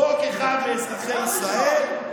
חוק אחד לאזרחי ישראל,